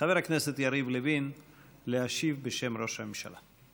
חבר הכנסת יריב לוין להשיב בשם ראש הממשלה.